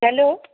hello